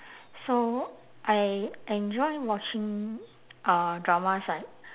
so I enjoy watching uh dramas like